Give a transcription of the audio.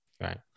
Right